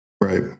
Right